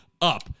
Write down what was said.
up